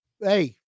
Hey